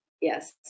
Yes